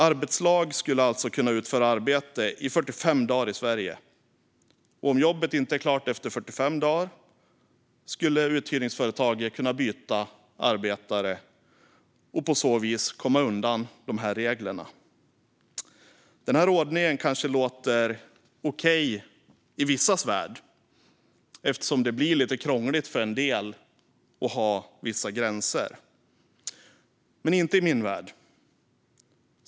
Arbetslag skulle alltså kunna utföra arbete i 45 dagar i Sverige. Om jobbet inte är klart efter 45 dagar skulle uthyrningsföretaget kunna byta arbetare och på så vis komma undan de svenska reglerna. Denna ordning kanske låter okej i vissas värld, eftersom det blir lite krångligt för en del att ha vissa gränser, men inte i min värld.